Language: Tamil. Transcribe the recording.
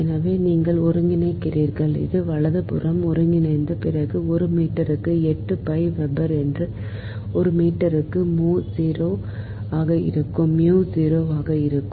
எனவே நீங்கள் ஒருங்கிணைக்கிறீர்கள் இது வலதுபுறமாக ஒருங்கிணைத்த பிறகு ஒரு மீட்டருக்கு 8 பை வெபர் ஒரு மீட்டருக்கு மு 0 ஆக இருக்கும்